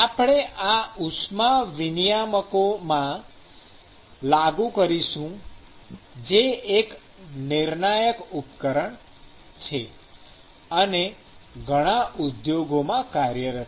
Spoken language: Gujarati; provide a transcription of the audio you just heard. આપણે આ ઉષ્મા વિનિયામકોમાં લાગુ કરીશું જે એક નિર્ણાયક ઉપકરણ છે અને ઘણા ઉદ્યોગોમાં કાર્યરત છે